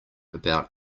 about